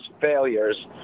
failures